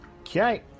okay